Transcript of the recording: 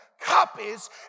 copies